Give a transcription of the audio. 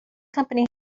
company